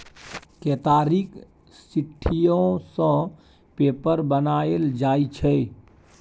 केतारीक सिट्ठीयो सँ पेपर बनाएल जाइ छै